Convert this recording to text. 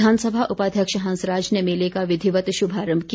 विधानसभा उपाध्यक्ष हंसराज ने मेले का विधिवत शुभारम्भ किया